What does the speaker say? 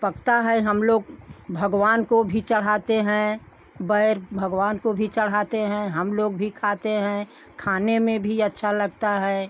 पकता है हम लोग भगवान को भी चढ़ाते हैं बैर भगवान को भी चढ़ाते हैं हम लोग भी खाते हैं खाने में भी अच्छा लगता है